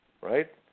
right